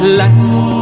last